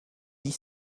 dix